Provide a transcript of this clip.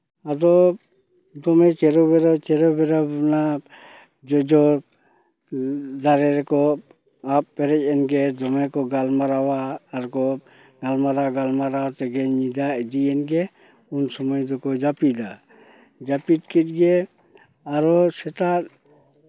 ᱟᱫᱚ ᱫᱚᱢᱮ ᱪᱮᱨᱚ ᱵᱮᱨᱚ ᱪᱮᱨᱚ ᱵᱮᱨᱚ ᱚᱱᱟ ᱡᱚᱡᱚ ᱫᱟᱨᱮ ᱨᱮᱠᱚ ᱟᱯ ᱯᱮᱨᱮᱡ ᱮᱱᱜᱮ ᱫᱚᱢᱮᱠᱚ ᱜᱟᱞᱢᱟᱨᱟᱣᱟ ᱟᱨᱠᱚ ᱜᱟᱢᱟᱨᱟᱣ ᱜᱟᱞᱢᱟᱨᱟᱣ ᱛᱮᱜᱮ ᱧᱤᱫᱟᱹ ᱤᱫᱤᱭᱮᱱ ᱜᱮ ᱩᱱ ᱥᱚᱢᱚᱭ ᱫᱚᱠᱚ ᱡᱟᱹᱯᱤᱫᱟ ᱡᱟᱹᱯᱤᱫ ᱠᱮᱫ ᱜᱮ ᱟᱨᱚ ᱥᱮᱛᱟᱜ